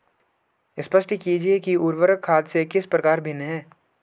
स्पष्ट कीजिए कि उर्वरक खाद से किस प्रकार भिन्न है?